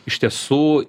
iš tiesų